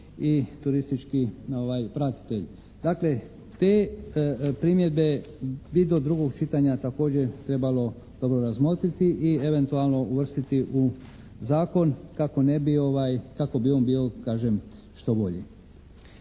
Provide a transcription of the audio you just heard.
i turistički pratitelj. Dakle te primjedbe bi do drugog čitanja trebalo dobro razmotriti i eventualno uvrstiti u zakon kako ne bi, kako bi